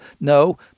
no